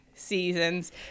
seasons